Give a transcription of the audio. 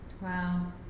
Wow